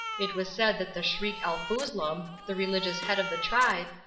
it was said that the shriek-el-foozlum, the religious head of the tribe,